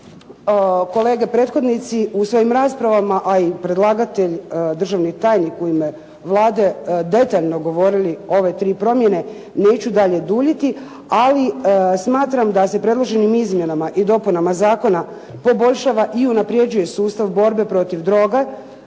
kolege prethodnici u svojim raspravama, a i predlagatelj državni tajnik u ime Vlade detaljno govorili o ove tri promjene, ne ću dalje duljiti. Ali smatram da se predloženim izmjenama i dopunama zakona poboljšava i unaprjeđuje sustav borbe protiv droga.